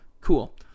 Cool